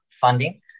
funding